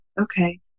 okay